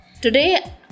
Today